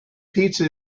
pizza